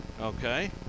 Okay